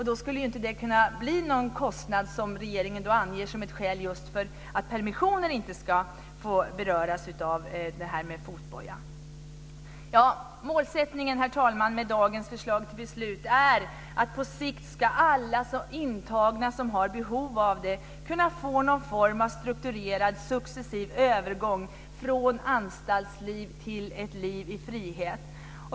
Då skulle det inte bli någon kostnad, det som regeringen anger som ett skäl just för att permissionen inte ska få beröras med fotboja. Herr talman! Målsättningen med dagens förslag till beslut är att på sikt alla intagna som har behov av det ska kunna få någon form av strukturerad, successiv övergång från anstaltsliv till ett liv i frihet.